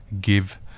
give